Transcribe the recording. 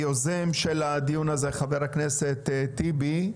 היוזם של הדיון הזה הוא חבר הכנסת טיבי,